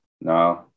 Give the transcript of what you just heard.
No